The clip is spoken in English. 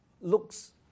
looks